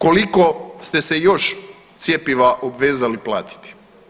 Koliko ste se još cjepiva obvezali platiti?